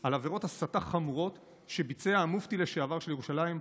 על עבירות הסתה חמורות שביצע המופתי לשעבר של ירושלים,